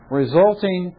resulting